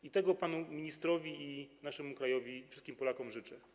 I tego panu ministrowi i naszemu krajowi, wszystkim Polakom życzę.